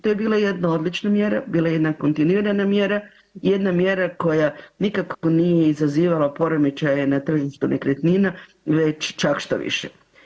To je bila jedna odlična mjera, bila je jedna kontinuirana mjera, jedna mjera koja nikako nije izazivala poremećaje na tržištu nekretnina već čak štoviše.